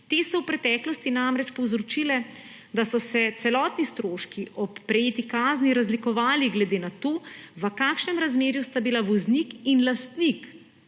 Te so v preteklosti namreč povzročile, da so se celotni stroški ob prijeti kazni razlikovali glede na to, v kakšnem razmerju sta bila voznik in lastnik